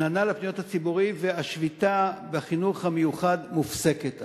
והשביתה בחינוך המיוחד מופסקת.